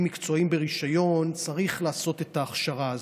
מקצועיים ברישיון צריך לעשות את ההכשרה הזאת,